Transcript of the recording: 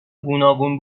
گوناگون